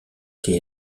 été